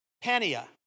Pania